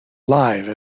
live